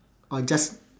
or just